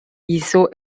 hizo